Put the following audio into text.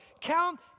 Count